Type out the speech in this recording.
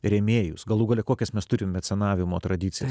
rėmėjus galų gale kokias mes turime mecenavimo tradicijas